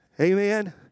Amen